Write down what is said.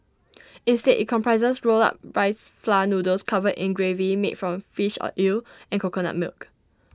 instead IT comprises rolled up rice flour noodles covered in gravy made from fish or eel and coconut milk